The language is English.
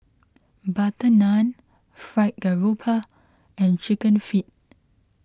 Butter Naan Fried Garoupa and Chicken Feet